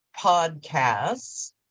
podcasts